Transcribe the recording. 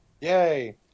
Yay